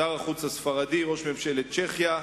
שר החוץ הספרדי, ראש ממשלת צ'כיה,